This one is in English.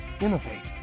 innovate